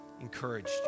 encouraged